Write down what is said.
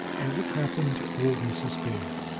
as it happened to old mrs. bear,